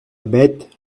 bête